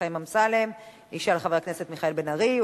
חיים אמסלם ישאל חבר הכנסת מיכאל בן-ארי,